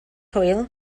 hwyl